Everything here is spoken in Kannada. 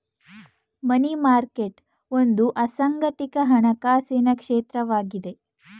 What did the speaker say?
ಮನಿ ಮಾರ್ಕೆಟ್ ಒಂದು ಅಸಂಘಟಿತ ಹಣಕಾಸಿನ ಕ್ಷೇತ್ರವಾಗಿದೆ